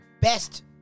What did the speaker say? best